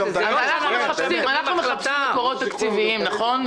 אנחנו מחפשים מקורות תקציביים, נכון?